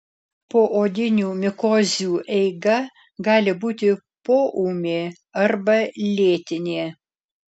poodinių mikozių eiga gali būti poūmė arba lėtinė